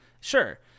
Sure